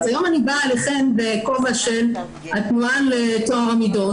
היום אני באה אליכם בכובע של התנועה לטוהר המידות.